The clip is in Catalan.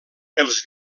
els